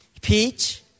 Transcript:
Peach